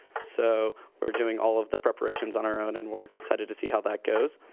so we're doing all of the preparations on our own, and we're excited to see how that goes.